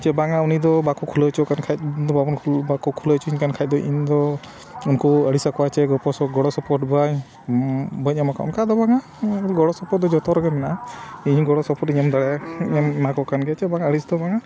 ᱥᱮ ᱵᱟᱝᱟ ᱩᱱᱤ ᱫᱚ ᱵᱟᱠᱚ ᱠᱷᱩᱞᱟᱹᱣ ᱦᱚᱪᱚ ᱟᱠᱟᱫᱮ ᱠᱷᱟᱱ ᱫᱚ ᱵᱟᱵᱚᱱ ᱵᱟᱠᱚ ᱠᱷᱩᱞᱟᱹᱣ ᱦᱚᱪᱚᱣᱟᱹᱧ ᱠᱟᱱ ᱠᱷᱟᱡ ᱫᱚ ᱤᱧ ᱫᱚ ᱩᱱᱠᱩᱧ ᱟᱹᱲᱤᱥ ᱟᱠᱚᱣᱟ ᱥᱮ ᱜᱚᱲᱚ ᱥᱚᱯᱚᱦᱚᱫ ᱜᱚᱲᱚ ᱥᱚᱯᱚᱦᱚᱫ ᱵᱟᱝ ᱵᱟᱹᱧ ᱮᱢᱟᱠᱟᱫ ᱠᱚᱣᱟ ᱚᱱᱠᱟ ᱫᱚ ᱵᱟᱝᱟ ᱜᱚᱲᱚ ᱥᱚᱯᱚᱦᱚᱫ ᱫᱚ ᱡᱚᱛᱚ ᱨᱮᱜᱮ ᱢᱮᱱᱟᱜᱼᱟ ᱤᱧᱤᱧ ᱜᱚᱲᱚ ᱥᱚᱯᱚᱦᱚᱫ ᱤᱧ ᱮᱢ ᱫᱟᱲᱮᱭᱟᱜᱼᱟ ᱮᱢ ᱮᱢᱟᱠᱚ ᱠᱟᱱ ᱜᱮᱭᱟ ᱥᱮ ᱵᱟᱝ ᱟᱹᱲᱤᱥ ᱫᱚ ᱵᱟᱝᱟ